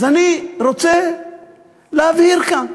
אז אני רוצה להבהיר כאן